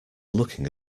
looking